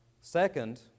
Second